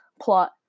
Plot